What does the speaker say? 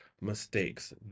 mistakes